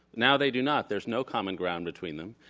now they do not. there's no common ground between them.